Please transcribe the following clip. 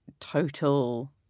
total